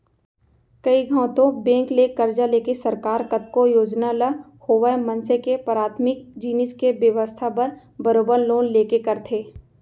कइ घौं तो बेंक ले करजा लेके सरकार कतको योजना ल होवय मनसे के पराथमिक जिनिस के बेवस्था बर बरोबर लोन लेके करथे